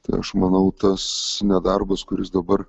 tai aš manau tas nedarbas kuris dabar